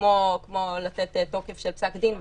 כמו לתת תוקף של פסק דין,